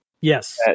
Yes